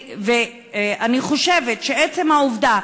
אני חושבת שעצם העובדה,